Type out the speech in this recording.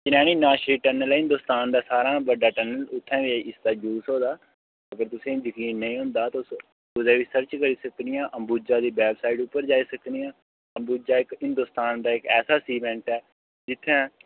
Chenani Nashri tunnel ऐ हिन्दोस्तान दा सारें शा बड्डा टन्नल उत्थै बी इसदा यूज होए दा अगर तुसें ई जकीन नेईं होंदा तुस कुतै बी सर्च करी सकनी आं अम्बुजा दी वैबसाईट उप्पर जाई सकने आं अम्बुजा इक हिन्दोस्तान दी इक ऐसा सीमैंट ऐ जित्थै